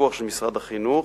בפיקוח של משרד החינוך.